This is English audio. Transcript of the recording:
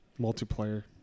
multiplayer